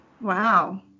wow